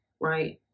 right